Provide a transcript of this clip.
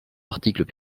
articles